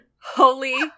Holy